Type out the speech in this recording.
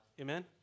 Amen